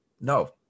No